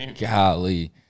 Golly